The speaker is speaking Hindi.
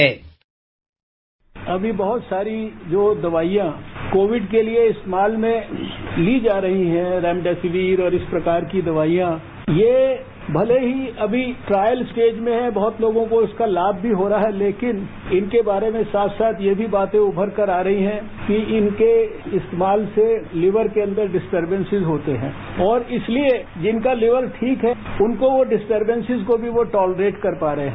बाईट हर्षवर्धन अभी बहुत सारी जो दवाइयां कोविड के लिए इस्तेमाल में ली जा रही हैं रेमडेसिवीर और इस प्रकार की दवाइयां ये भले ही अभी ट्रायल स्टेज में हैं बहुत लोगों को इसका लाभ भी हो रहा है लेकिन इनके बारे में साथ साथ यह भी बातें उभरकर आ रही हैं कि इनके इस्तेमाल से लीवर के अंदर डिस्टर्बेसीस होते हैं और इसलिए जिनका लीवर ठीक है उनको वो डिस्टर्बेसीस को भी वो टोलरेट कर पा रहे हैं